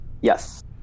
Yes